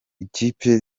ikipe